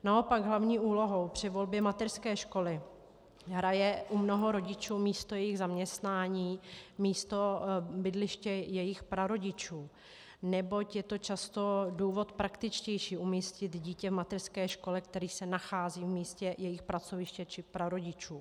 Naopak hlavní úlohu při volbě mateřské školy hraje u mnoho rodičů místo jejich zaměstnání, místo bydliště jejich prarodičů, neboť je to často důvod praktičtější, umístit dítě v mateřské škole, která se nachází v místě jejich pracoviště či prarodičů.